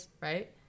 right